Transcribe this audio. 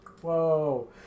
whoa